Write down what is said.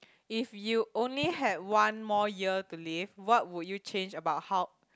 if you only had one more year to live what would you change about how